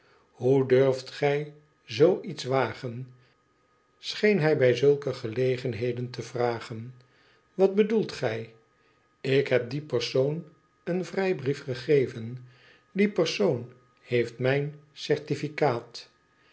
thoe durft gij zoo iets wagen scheen hij bij zulke gelegenheden te vragen wat bedoelt gij ik heb dien persoon een vrijbrief gegeven die persoon heeft mijn certificaat